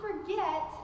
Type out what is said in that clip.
forget